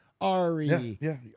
Ari